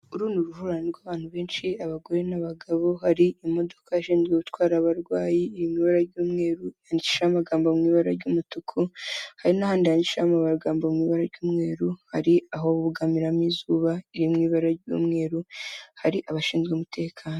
Uru ni uruhurirane rw'abantu benshi, abagore n'abagabo, hari imodoka ishinzwe gutwara abarwayi iri mu ibara ry'umweru, yandikishijeho amagambo mu ibara ry'umutuku, hari n'ahandi handikishijeho amagambo mu ibara ry'umweru, hari aho bugamiramo izuba riri mu ibara ry'umweru, hari abashinzwe umutekano.